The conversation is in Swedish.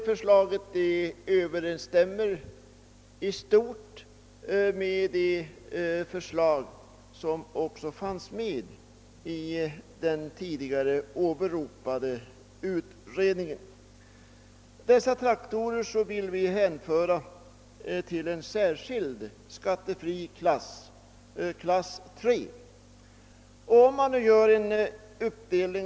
Detta överensstämmer i stort sett med ett förslag som framlades av den tidigare åberopade utredningen. Dessa traktorer vill vi hänföra till en särskild skattefri klass III.